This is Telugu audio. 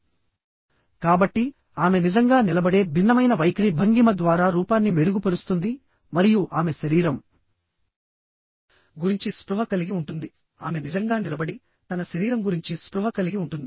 కాబట్టి ఆమె నిజంగా నిలబడే భిన్నమైన వైఖరి భంగిమ ద్వారా రూపాన్ని మెరుగుపరుస్తుంది మరియు ఆమె శరీరం గురించి స్పృహ కలిగి ఉంటుంది ఆమె నిజంగా నిలబడి తన శరీరం గురించి స్పృహ కలిగి ఉంటుంది